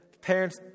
parents